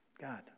God